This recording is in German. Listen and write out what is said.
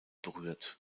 berührt